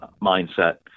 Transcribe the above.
mindset